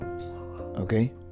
Okay